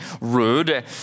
rude